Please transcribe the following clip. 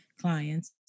clients